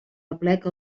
aplec